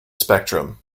spectrum